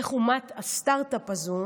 איך אומת הסטרטאפ הזאת